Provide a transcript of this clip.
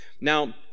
Now